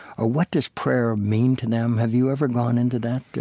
or what does prayer mean to them? have you ever gone into that